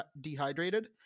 dehydrated